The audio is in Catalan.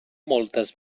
moltes